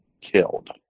killed